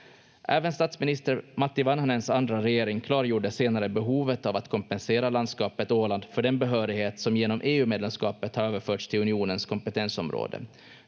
Även statsminister Matti Vanhanens andra regering klargjorde senare behovet av att kompensera landskapet Åland för den behörighet som genom EU-medlemskapet har överförts till unionens kompetensområde.